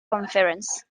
conference